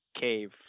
cave